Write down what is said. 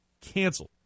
canceled